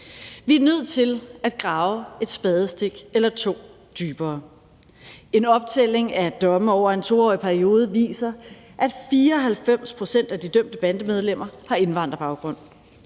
Vi er nødt til at grave et spadestik eller to dybere. En optælling af domme over en 2-årig periode viser, at 94 pct. af de dømte bandemedlemmer har indvandrerbaggrund.